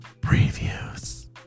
Previews